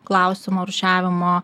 klausimo rūšiavimo